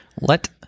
Let